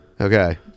Okay